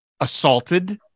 assaulted